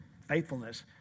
faithfulness